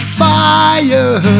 fire